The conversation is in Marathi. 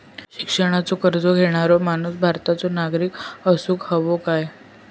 शिक्षणाचो कर्ज घेणारो माणूस भारताचो नागरिक असूक हवो काय?